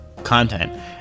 Content